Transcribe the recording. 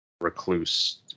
recluse